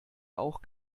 auch